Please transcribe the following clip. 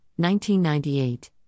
1998